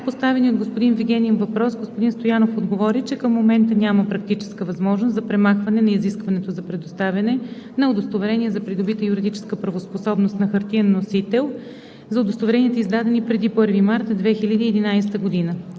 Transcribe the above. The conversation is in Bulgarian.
поставения от господин Вигенин въпрос господин Стоянов отговори, че към момента няма практическа възможност за премахване на изискването за предоставяне на удостоверение за придобита юридическа правоспособност на хартиен носител за удостоверенията, издадени преди 1 март 2011 г.